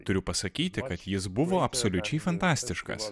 turiu pasakyti kad jis buvo absoliučiai fantastiškas